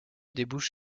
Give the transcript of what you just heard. débouche